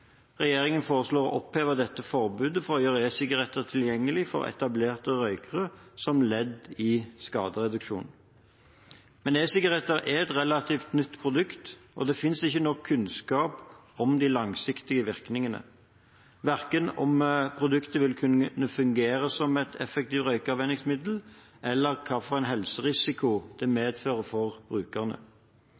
Regjeringen foreslår å oppheve dette forbudet for å gjøre e-sigaretter tilgjengelig for etablerte røykere som ledd i skadereduksjon. E-sigaretter er et relativt nytt produkt, og det finnes ikke nok kunnskap om de langsiktige virkningene, verken om produktet vil kunne fungere som et effektivt røykeavvenningsmiddel, eller hvilken helserisiko det kan medføre for brukerne.